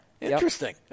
Interesting